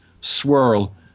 swirl